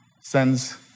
sends